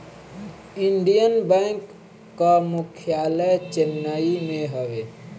Indian Bank कअ मुख्यालय चेन्नई में हवे